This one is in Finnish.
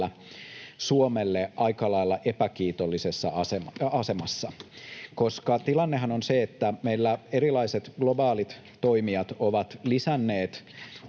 Suomelle aika lailla epäkiitollisessa asemassa, koska tilannehan on se, että meillä erilaiset globaalit toimijat ovat lisänneet